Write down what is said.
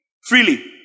Freely